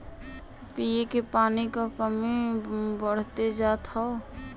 पिए के पानी क कमी बढ़्ते जात हौ